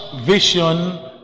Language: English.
vision